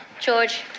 George